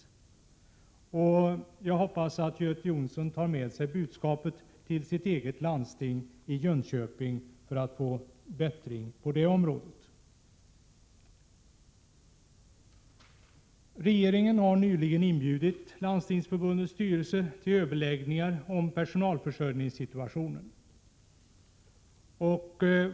Jag hoppas att Göte Jonsson tar med sig mitt budskap till landstinget i Jönköping för att få till stånd en förbättring på detta område. Regeringen har nyligen inbjudit Landstingsförbundets styrelse till överläggningar om situationen när det gäller personalförsörjningen.